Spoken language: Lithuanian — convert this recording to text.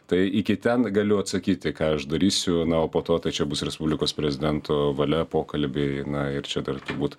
tai iki ten galiu atsakyti ką aš darysiu na o po to tai čia bus respublikos prezidento valia pokalbiai na ir čia dar turbūt